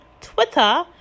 Twitter